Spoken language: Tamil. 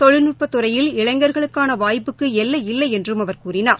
தொழில்நுட்பத் துறையில் இளைஞர்களுக்கானவாய்ப்புக்குஎல்லை இல்லைஎன்றும் அவர் கூறினார்